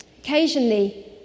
Occasionally